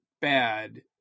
bad